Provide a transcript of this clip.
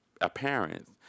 appearance